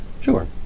sure